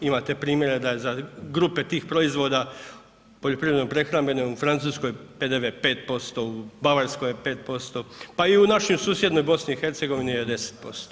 Imate primjere da je za grupe tih proizvoda poljoprivredno-prehrambenog u Francuskoj PDV 5%, u Bavarskoj je 5% pa i u našoj susjednoj BiH je 10%